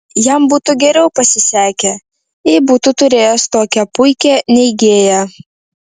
jam būtų geriau pasisekę jei būtų turėjęs tokią puikią neigėją